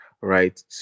right